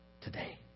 today